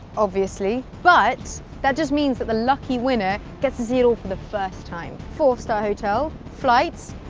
obviously. but that just means that the lucky winner gets to see it all for the first time! four-star hotel, flights.